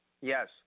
Yes